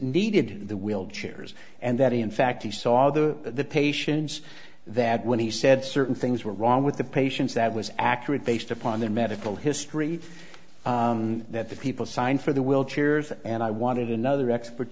needed the wheelchairs and that in fact he saw the patients that when he said certain things were wrong with the patients that was accurate based upon their medical history that the people signed for the will cheers and i wanted another expert